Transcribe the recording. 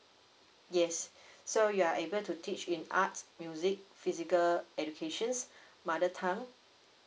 yes so you are able to teach in art music physical educations mother tongue